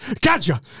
Gotcha